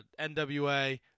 NWA